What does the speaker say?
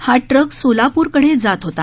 हा ट्रक सोलापूरकडे जात होता